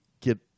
get